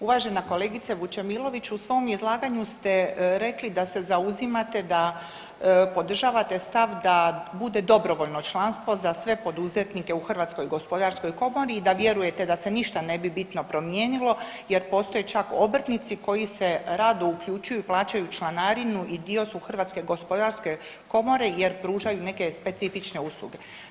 Uvažena kolegice Vučemilović u svom izlaganju ste rekli da se zauzimate da podržavate stav da bude dobrovoljno članstvo za sve poduzetnike u Hrvatskoj gospodarskoj komori i da vjerujete da se nebi ništa bitno promijenilo jer postoje čak obrtnici koji se rado uključuju i plaćaju članarinu i dio su Hrvatske gospodarske komore jer pružaju neke specifične usluge.